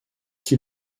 qui